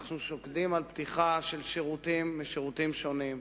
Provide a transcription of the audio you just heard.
אנחנו שוקדים על פתיחה של שירותים משירותים שונים.